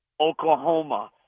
Oklahoma